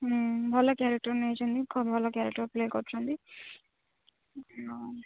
ହମ୍ମ ଭଲ କ୍ୟାରେକ୍ଟର ନେଇଛନ୍ତି ଖଲ କ୍ୟାରେକ୍ଟର ପ୍ଲେ' କରୁଛନ୍ତି ଆଉ